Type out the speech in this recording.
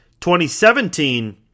2017